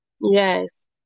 Yes